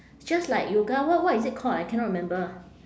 it's just like yoga what what is it called ah I cannot remember